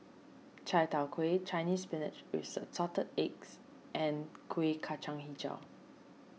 Chai Tow Kway Chinese Spinach with Assorted Eggs and Kuih Kacang HiJau